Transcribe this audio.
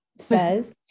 says